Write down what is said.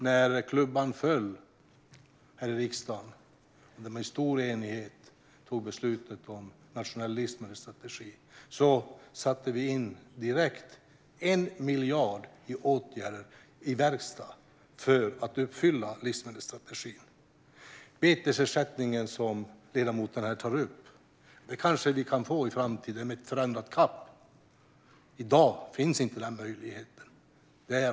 När beslutet om en nationell livsmedelsstrategi klubbades igenom i stor enighet här i riksdagen satte vi direkt in 1 miljard för åtgärder och verkstad för att uppfylla livsmedelsstrategin. En betesersättning, som ledamoten här tar upp, kanske vi kan få i framtiden med en förändrad CAP. I dag finns inte denna möjlighet.